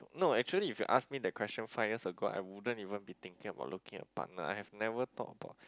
no actually if you ask me that question five years ago I wouldn't even be thinking about looking a partner I have never thought about